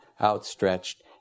outstretched